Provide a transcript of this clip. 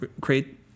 create